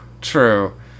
true